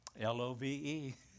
L-O-V-E